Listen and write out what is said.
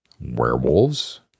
werewolves